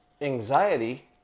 anxiety